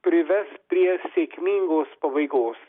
prives prie sėkmingos pabaigos